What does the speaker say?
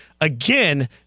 again